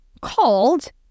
called